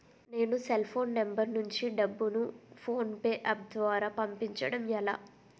నేను cell phone number నుంచి డబ్బును ను ఫోన్పే అప్ ద్వారా పంపించడం ఎలా?